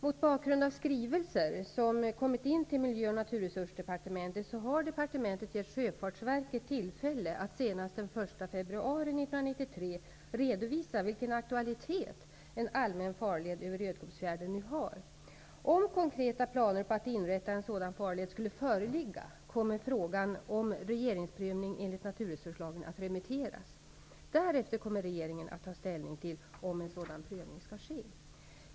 Mot bakgrund av skrivelser som kommit in till Miljöoch naturresursdepartementet har departementet gett Sjöfartsverket tillfälle att senast den 1 februari 1993 redovisa vilken aktualitet en allmän farled över Rödkobbsfjärden nu har. Om konkreta planer på att inrätta en sådan farled skulle föreligga kommer frågan om regeringsprövning enligt naturresurslagen att remitteras. Därefter kommer regeringen att ta ställning till om en sådan prövning skall ske.